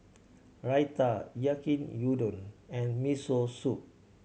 Raita Yaki Udon and Miso Soup